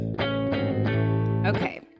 Okay